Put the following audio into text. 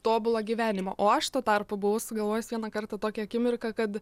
tobulą gyvenimą o aš tuo tarpu buvau sugalvojus vieną kartą tokią akimirką kad